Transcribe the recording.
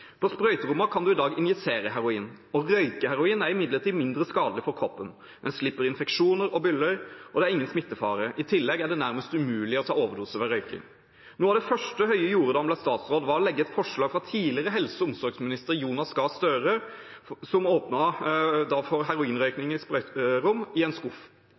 På sprøyterom kan en i dag injisere heroin. Å røyke heroin er imidlertid mindre skadelig for kroppen. En slipper infeksjoner og byller, og det er ingen smittefare. I tillegg er det nærmest umulig å ta overdose ved røyking. Noe av det første Høie gjorde da han ble statsråd, var å legge et forslag fra tidligere helse- og omsorgsminister Jonas Gahr Støre, om å åpne for heroinrøyking i sprøyterom, i en skuff.